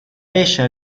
ella